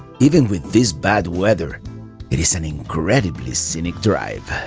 even with this bad weather it is an incredibly scenic drive.